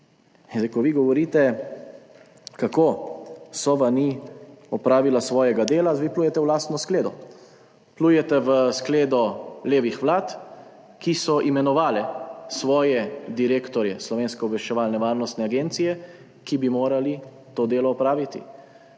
vi govorite, kako Sova ni opravila svojega dela, vi pljujete v lastno skledo. Pljujete v skledo levih vlad, ki so imenovale svoje direktorje Slovenske obveščevalno-varnostne agencije, ki bi morali to delo opraviti.